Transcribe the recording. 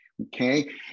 okay